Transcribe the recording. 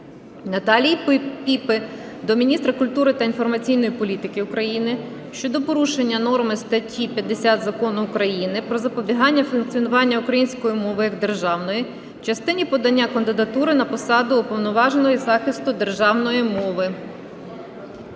Наталії Піпи до міністра культури та інформаційної політики України щодо порушення норми статті 50 Закону України "Про забезпечення функціонування української мови як державної" в частині подання кандидатури на посаду Уповноваженого із захисту державної мови.